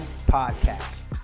Podcast